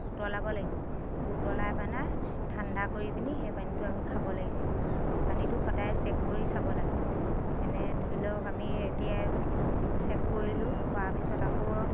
উতলাব লাগিব উতলাই পেলাই ঠাণ্ডা কৰি পিনি সেই পানীটো আমি খাব লাগিব পানীটো সদায় চেক কৰি চাব লাগে এনে ধৰি লওক আমি এতিয়া চেক কৰিলোঁ কৰাৰ পাছত আকৌ